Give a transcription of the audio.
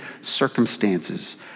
circumstances